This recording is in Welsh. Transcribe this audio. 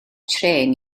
trên